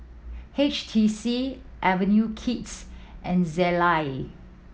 H T C Avenue Kids and Zalia